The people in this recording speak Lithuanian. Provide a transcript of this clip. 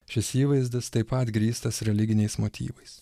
šis įvaizdis taip pat grįstas religiniais motyvais